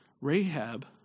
Rahab